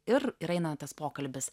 ir ir eina tas pokalbis